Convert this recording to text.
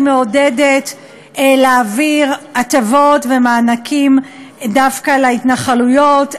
מעודדת להעביר הטבות ומענקים דווקא להתנחלויות.